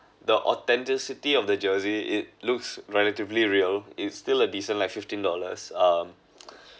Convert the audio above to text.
the authenticity of the jersey it looks relatively real it's still a decent like fifteen dollars um